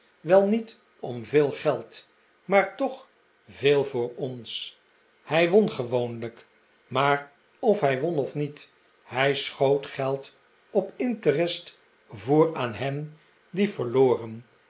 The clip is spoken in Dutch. wel niet om veel geld maar toch veel voor ons hij won gewoonlijk maar of hij won of niet hij schoot geld op interest voor aan hen die verloren